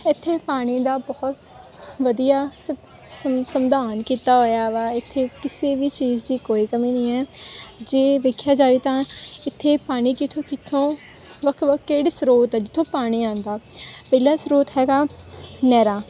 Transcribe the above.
ਇੱਥੇ ਪਾਣੀ ਦਾ ਬਹੁਤ ਵਧੀਆ ਸੰਵਿਧਾਨ ਕੀਤਾ ਹੋਇਆ ਵਾ ਇੱਥੇ ਕਿਸੇ ਵੀ ਚੀਜ਼ ਦੀ ਕੋਈ ਕਮੀ ਨਹੀਂ ਹੈ ਜੇ ਵੇਖਿਆ ਜਾਵੇ ਤਾਂ ਇੱਥੇ ਪਾਣੀ ਕਿੱਥੇ ਪਾਣੀ ਕਿੱਥੋਂ ਕਿੱਥੋਂ ਵੱਖ ਵੱਖ ਕਿਹੜੀ ਸਰੋਤ ਜਿਥੋਂ ਪਾਣੀ ਆਉਂਦਾ ਪਹਿਲਾ ਸਰੋਤ ਹੈਗਾ ਨਹਿਰਾਂ